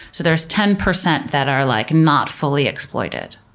so there's ten percent that are like not fully exploited.